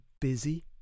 busy